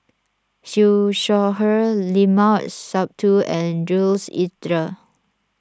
Siew Shaw Her Limat Sabtu and Jules Itier